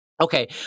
Okay